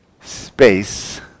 space